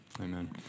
Amen